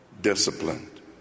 disciplined